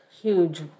huge